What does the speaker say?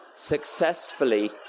successfully